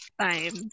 time